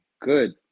good